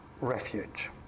refuge